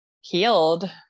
healed